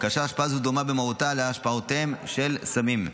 כאשר ההשפעה הזאת דומה במהותה להשפעותיהם של סמים.